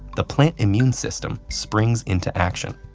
the plant immune system springs into action.